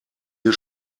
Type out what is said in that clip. wir